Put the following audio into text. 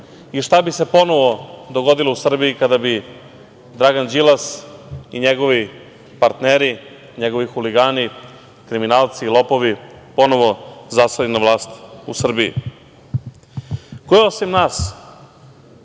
i šta bi se ponovo dogodilo u Srbiji kada bi Dragan Đilas i njegovi partneri, njegovi huligani, kriminalci, lopovi ponovi zaseli na vlast u Srbiji. Ko je osim nas